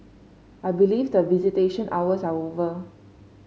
I believe that visitation hours are over